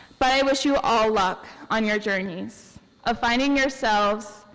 but i wish you all luck on your journeys of finding yourselves,